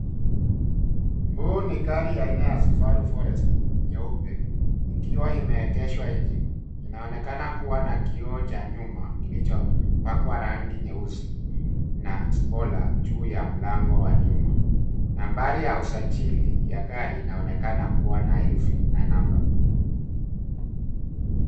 Huu ni gari aina ya Subaru Forester nyeupe ikiwa imeegeshwa nje. Inaonekana kuwa na kioo cha nyuma kilichopakwa rangi nyeusi na spoiler juu ya mlango wa nyuma. Nambari ya usajili ya gari inaonekana kuwa na herufi na namba.